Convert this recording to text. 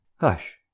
Hush